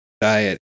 diet